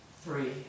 three